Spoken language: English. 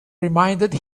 reminded